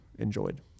Enjoyed